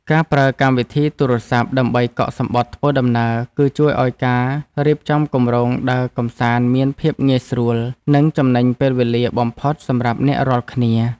ការប្រើកម្មវិធីទូរសព្ទដើម្បីកក់សំបុត្រធ្វើដំណើរ គឺជួយឱ្យការរៀបចំគម្រោងដើរកម្សាន្តមានភាពងាយស្រួល និងចំណេញពេលវេលាបំផុតសម្រាប់អ្នករាល់គ្នា។